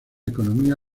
economía